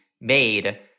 made